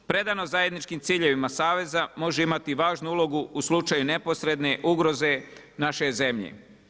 Predano zajedničkim ciljevima saveza može imati važnu ulogu u slučaju neposredne ugroze naše zemlje.